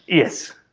yes